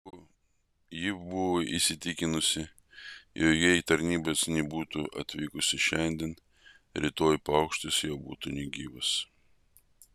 ji buvo įsitikinusi jog jei tarnybos nebūtų atvykusios šiandien rytoj paukštis jau būtų negyvas